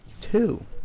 Two